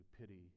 pity